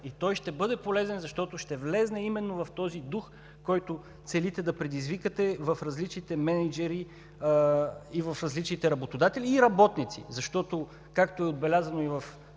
и той ще бъде полезен, защото ще влезне именно в този дух, който целите да предизвикате в различните мениджъри, в различните работодатели и работници. Защото, както е отбелязано и във Вашата